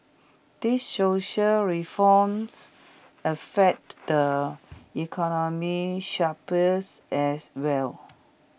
these social reforms affect the economic as well